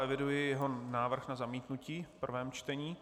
Eviduji jeho návrh na zamítnutí v prvém čtení.